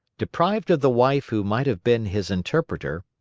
deprived of the wife who might have been his interpreter,